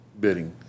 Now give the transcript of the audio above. bidding